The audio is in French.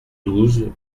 douze